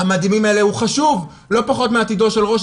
האלה הוא חשוב לא פחות מעתידו של ראש